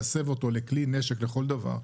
להסב אותו לכלי נשק לכל דבר,